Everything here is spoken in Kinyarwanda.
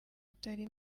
utari